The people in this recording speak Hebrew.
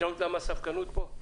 את יודעת למה הספקנות פה?